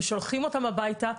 ושולחים אותם הביתה,